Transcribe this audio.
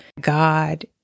God